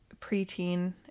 preteen